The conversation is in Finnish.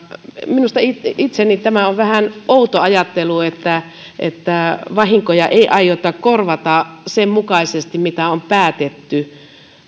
minusta tämä on vähän outo ajattelu että että vahinkoja ei aiota korvata sen mukaisesti mitä on päätetty